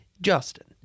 Justin